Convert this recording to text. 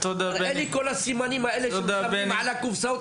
תראה לי את כל הסימנים האלה שהם שמים על הקופסאות